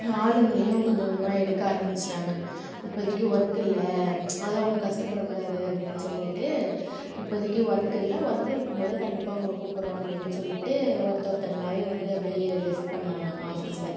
ஆளுங்களையும் கொஞ்சம் கொஞ்சமாக எடுக்க ஆரம்மிச்சிட்டாங்க இப்பதைக்கு ஒர்க் இல்லை அதுவும் அவங்க கஷ்டப்பட கூடாது அப்படின் சொல்லிவிட்டு இப்போதைக்கு ஒர்க் இல்லை ஒர்க்கு இருக்கும்போது கண்டிப்பாக உங்களை கூப்பிட்றோம் அப்படின் சொல்லிவிட்டு ஒருத்தர் ஒருத்தவங்களாகவே வந்து அப்படியே லெஃப்ட் பண்ணாங்க ஆஃபீஸில்